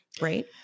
right